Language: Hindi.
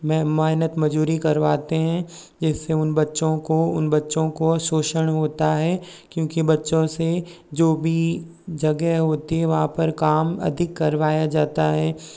मैं मेहनत मज़दूरी करवाते हैं जिस से उन बच्चों को उन बच्चों का शोषण होता है क्योंकि बच्चों से जो भी जगह होती है वहाँ पर काम अधिक करवाया जाता है